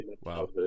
Wow